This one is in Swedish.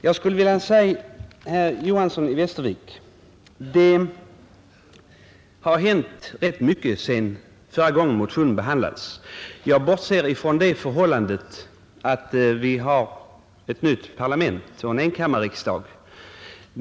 Jag skulle vilja säga till herr Johanson i Västervik, att det har hänt rätt mycket sedan förra gången motionen behandlades; jag bortser ifrån det förhållandet att vi har ett nytt parlament, en enkammarriksdag.